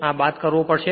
આ બાદ કરવો પડશે